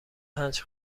پنج